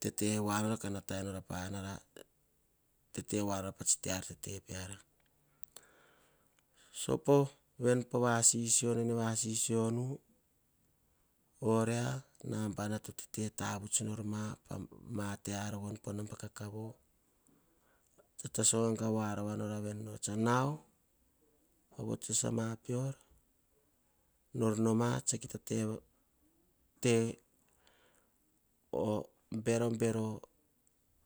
tevoar nora en vanu sopo po vasisio nene vasisio wu. Nabana to tete tavuts norma pamosina pa namba kakavo. Tasogaga voa ro vavini nor noma oh berobero.